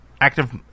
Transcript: active